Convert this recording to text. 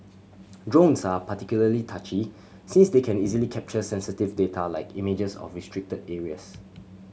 drones are particularly touchy since they can easily capture sensitive data like images of restricted areas